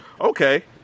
Okay